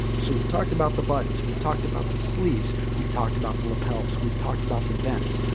so we've talked about the buttons. we've talked about the sleeves. we've talked about the lapels. we've talked about the vents.